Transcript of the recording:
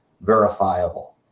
verifiable